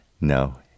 No